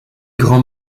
grand